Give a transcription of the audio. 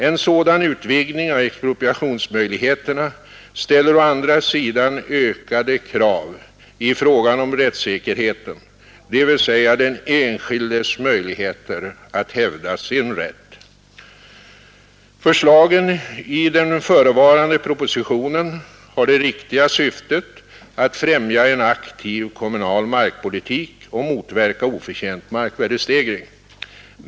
En sådan utvidgning av expropriationsmöjligheterna ställer å andra sidan ökade krav i fråga om rättssäkerheten, dvs. den enskildes förutsättningar att hävda sin rätt. Förslagen i den förevarande propositionen har det riktiga syftet att främja en aktiv kommunal markpolitik och motverka oförtjänt markvärdestegring.